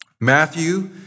Matthew